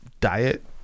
diet